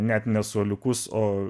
net ne suoliukus o